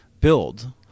build